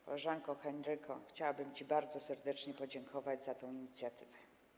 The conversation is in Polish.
Koleżanko Henryko, chciałabym ci bardzo serdecznie podziękować za tę inicjatywę.